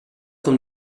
com